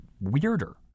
weirder